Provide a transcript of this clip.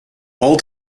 all